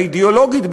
האידיאולוגית,